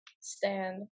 stand